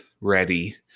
ready